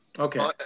okay